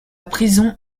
prison